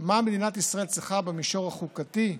מה מדינת ישראל צריכה במישור החוקתי,